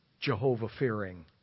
Jehovah-fearing